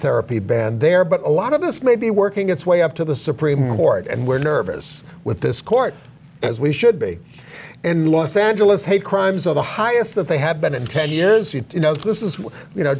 therapy band there but a lot of this may be working its way up to the supreme court and we're nervous with this court as we should be in los angeles hate crimes of the highest that they have been in ten years you know this is you know